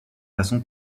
façon